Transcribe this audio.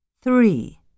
Three